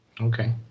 Okay